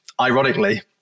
ironically